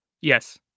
Yes